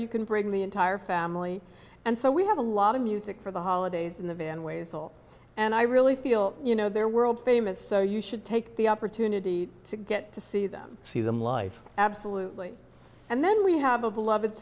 you can bring the entire family and so we have a lot of music for the holidays in the van ways and i really feel you know they're world famous so you should take the opportunity to get to see them see them life absolutely and then we have a belove